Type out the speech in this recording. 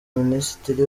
minisitiri